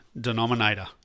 denominator